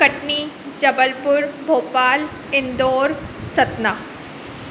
Katni Jabalpur Bhopal Indore Satna